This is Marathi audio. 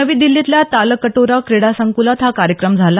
नवी दिल्लीतल्या तालकटोरा क्रीडा संकुलात हा कार्यक्रम झाला